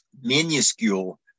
minuscule